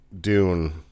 Dune